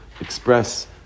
express